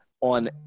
on